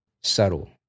subtle